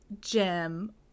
Jim